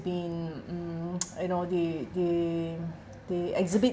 been mm you know they they they exhibit